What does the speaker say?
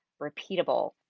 repeatable